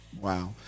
Wow